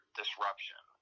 disruption